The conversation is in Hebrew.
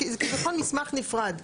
זה כביכול מסמך נפרד.